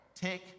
take